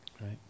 right